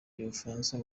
z’ubufaransa